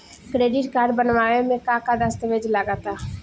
Credit card बनवावे म का का दस्तावेज लगा ता?